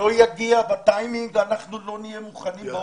יגיע בטיימינג אנחנו לא נהיה מוכנים לבצע אותו.